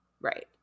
Right